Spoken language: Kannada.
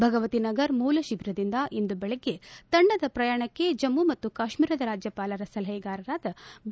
ಭಗವತಿ ನಗರ್ ಮೂಲ ಶಿಬಿರದಿಂದ ಇಂದು ಬೆಳಗ್ಗೆ ತಂಡದ ಪ್ರಯಾಣಕ್ಕೆ ಜಮ್ಮ ಮತ್ತು ಕಾಶ್ಮೀರದ ರಾಜ್ಯಪಾಲರ ಸಲಹೆಗಾರರಾದ ಬಿ